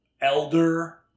elder